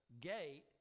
gate